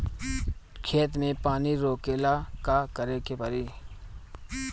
खेत मे पानी रोकेला का करे के परी?